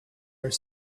are